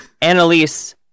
Annalise